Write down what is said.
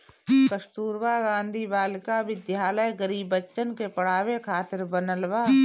कस्तूरबा गांधी बालिका विद्यालय गरीब बच्चन के पढ़ावे खातिर बनल बा